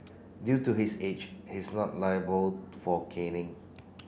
due to his age he is not liable for caning